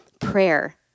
Prayer